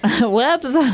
Whoops